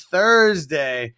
Thursday